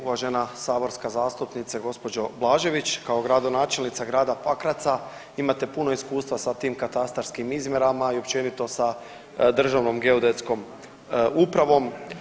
Uvažena saborska zastupnice gospođo Blažević kao gradonačelnica grada Pakraca imate puno iskustva sa tim katastarskim izmjerama i općenito sa Državnom geodetskom upravom.